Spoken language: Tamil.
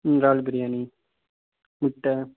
ம் இறால் பிரியாணி முட்டை